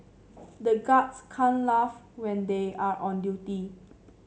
the guards can't laugh when they are on duty